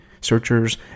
searchers